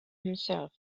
himself